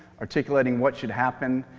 articulating what should happen,